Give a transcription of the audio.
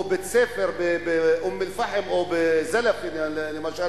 בית-ספר באום-אל-פחם או בזלאפה למשל,